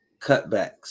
cutbacks